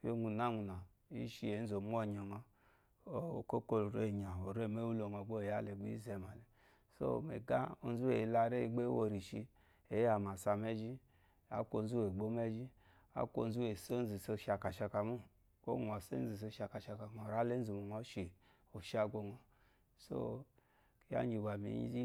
koye gunaguna ishi ezu omonye nyɔ okoko orenya ore mewolo nyɔ gbe izemale so me ga ozo eyila rayi gba eworishi eya masam zhi aku ozu uwe gbo mezhi aku ozu esi ezu iso shaka ka mo kwogu nyɔ so izu iso shaka shaka mo kwogu nyɔ so izu isosha shaka shaka nyɔ raleezu monyɔ shi oshagonyɔ so kiya giba mi yigi